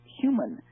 human